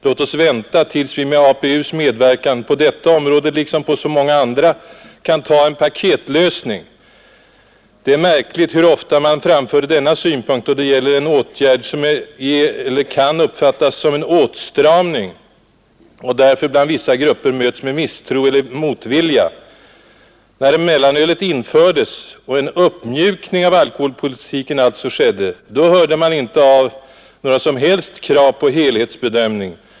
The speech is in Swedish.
Låt oss vänta tills vi med APU:s medverkan, på detta område liksom på så många andra, kan ta en paketlösning. Det är märkligt hur ofta man framför denna synpunkt då det gäller en åtgärd som är eller kan uppfattas som en åtstramning och 127 därför bland vissa grupper möts med misstro eller motvilja. När mellanölet infördes och en uppmjukning av alkoholpolitiken alltså skedde, hörde man inte av några som helst krav på helhetsbedömning.